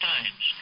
Times